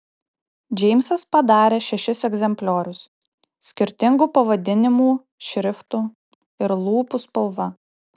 džeimsas padarė šešis egzempliorius skirtingu pavadinimų šriftu ir lūpų spalva